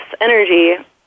energy